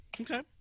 Okay